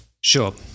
Sure